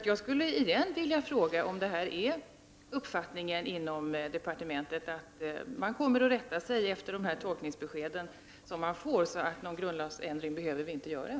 Jag skulle därför på nytt vilja fråga om uppfattningen inom departementet är att man kommer att rätta sig efter de tolkningsbesked man får och att det därför inte är nödvändigt att göra någon grundlagsändring.